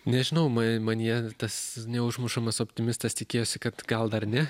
nežinau ma manyje tas neužmušamas optimistas tikėjosi kad gal dar ne